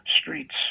streets